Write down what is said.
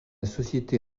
société